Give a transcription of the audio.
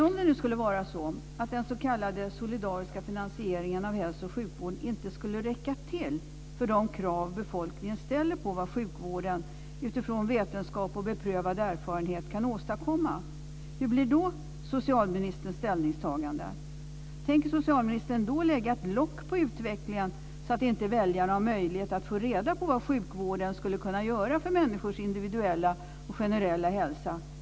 Om det nu skulle vara så att den s.k. solidariska finansieringen av hälso och sjukvården inte skulle räcka till för de krav som befolkningen ställer på vad sjukvården utifrån vetenskap och beprövad erfarenhet kan åstadkomma - hur blir då socialministerns ställningstagande? Tänker socialministern då lägga ett lock på utvecklingen så att inte väljarna har möjlighet att få reda på vad sjukvården skulle kunna göra för människors individuella och generella hälsa?